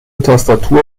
tastatur